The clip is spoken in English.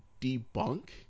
debunk